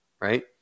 right